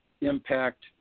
Impact